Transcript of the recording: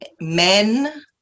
men